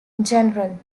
general